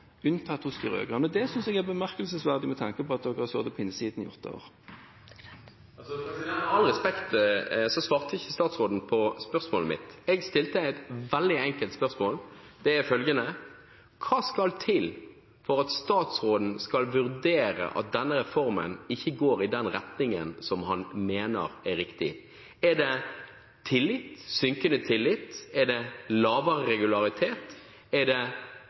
unntatt hos de rød-grønne. Det synes jeg er bemerkelsesverdig med tanke på at dere har sittet på innsiden i åtte år. Med all respekt svarte ikke statsråden på spørsmålet mitt. Jeg stilte et veldig enkelt spørsmål. Det er følgende: Hva skal til for at statsråden skal vurdere om denne reformen ikke går i den retningen som han mener er riktig? Er det tillit – synkende tillit? Er det lavere regularitet? Er det